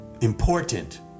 important